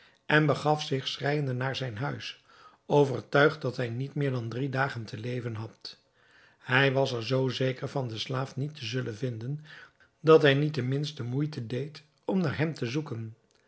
en begaf zich schreijende naar zijn huis overtuigd dat hij niet meer dan drie dagen te leven had hij was er zoo zeker van den slaaf niet te zullen vinden dat hij niet de minste moeite deed om naar hem te zoeken